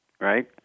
right